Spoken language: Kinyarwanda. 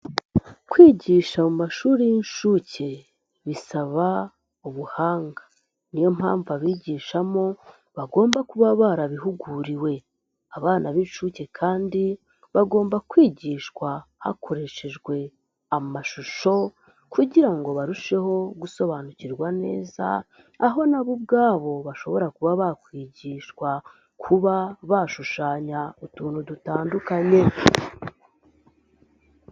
Kwigisha mu mashuri y'inshuke bisaba ubuhanga. Niyo mpamvu abigishamo bagomba kuba barabihuguriwe. Abana b'incuke kandi bagomba kwigishwa hakoreshejwe amashusho kugira ngo barusheho gusobanukirwa neza, aho nabo ubwabo bashobora kuba bakwigishwa kuba bashushanya utuntu dutandukanye.